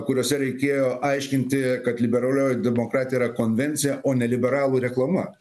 kuriuose reikėjo aiškinti kad liberalioji demokratija yra konvencija o ne liberalų reklama